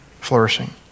flourishing